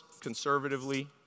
conservatively